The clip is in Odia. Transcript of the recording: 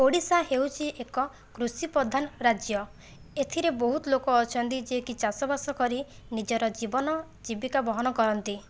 ଓଡ଼ିଶା ହେଉଛି ଏକ କୃଷି ପ୍ରଧାନ ରାଜ୍ୟ ଏଥିରେ ବହୁତ ଲୋକ ଅଛନ୍ତି ଯିଏକି ଚାଷ ବାସ କରି ନିଜର ଜୀବନ ଜୀବିକା ବହନ କରନ୍ତି